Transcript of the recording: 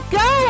go